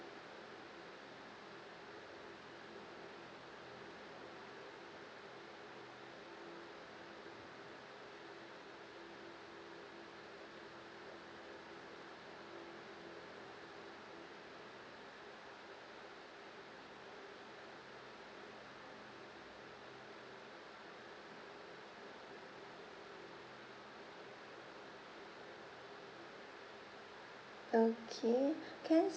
okay can